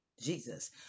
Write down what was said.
Jesus